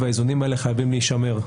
והאיזונים האלה חייבים להישמר.